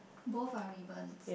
both are ribbons